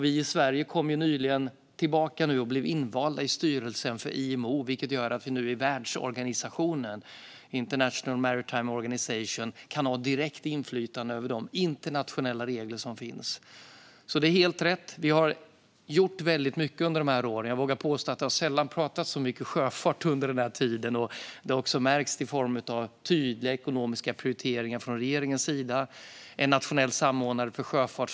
Vi i Sverige kom ju nyligen tillbaka och blev invalda i styrelsen för IMO, vilket gör att vi nu i världsorganisationen International Maritime Organization kan ha direkt inflytande över de internationella regler som finns. Det är helt rätt. Vi har gjort väldigt mycket under de här åren. Jag vågar påstå att det sällan har pratats så mycket sjöfart som under den här tiden. Detta har också märkts i form av tydliga ekonomiska prioriteringar från regeringens sida och en nationell samordnare för sjöfart.